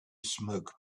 smoke